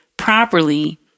properly